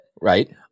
Right